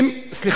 השר